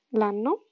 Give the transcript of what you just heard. l'anno